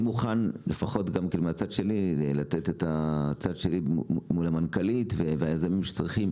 אני מוכן לתת את הצד שלי מול המנכ"לית והיזמים שצריכים,